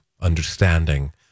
understanding